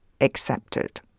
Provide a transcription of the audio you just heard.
accepted